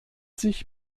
sich